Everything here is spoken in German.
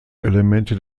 elemente